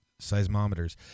seismometers